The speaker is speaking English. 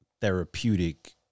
therapeutic